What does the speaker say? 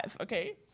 Okay